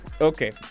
Okay